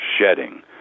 shedding